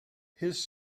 his